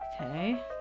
Okay